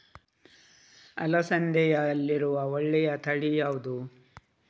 ಅಲಸಂದೆಯಲ್ಲಿರುವ ಒಳ್ಳೆಯ ತಳಿ ಯಾವ್ದು?